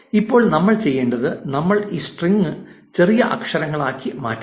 ഇപ്പോൾ നമ്മൾ ചെയ്യേണ്ടത് നമ്മൾ ഈ സ്ട്രിംഗ് ചെറിയ അക്ഷരങ്ങളാക്കി മാറ്റണം